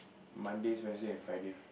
Mondays Wednesday and Friday